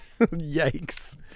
yikes